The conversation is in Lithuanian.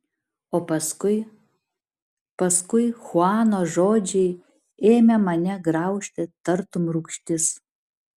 o paskui paskui chuano žodžiai ėmė mane graužti tarytum rūgštis